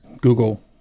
Google